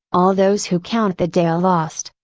all those who count the day lost,